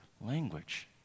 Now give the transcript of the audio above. language